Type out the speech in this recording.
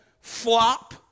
flop